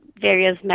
various